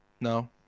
no